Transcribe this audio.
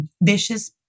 vicious